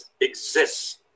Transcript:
exists